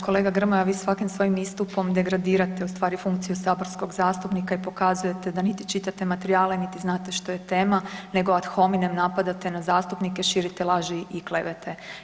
Kolega Grmoja, vi svakim svojim istupom degradirate u stvari funkciju saborskog zastupnika i pokazujete da niti čitate materijale, niti znate što je tema, nego ad hominem napadate na zastupnike, širite laži i klevete.